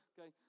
Okay